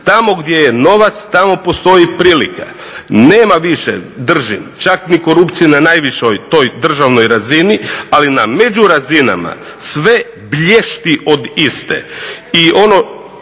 Tamo gdje je novac tamo postoji i prilika. Nema više, držim, čak ni korupcije na najvišoj toj državnoj razini ali na međurazinama sve blješti od iste.